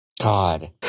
God